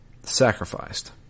sacrificed